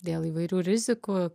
dėl įvairių rizikų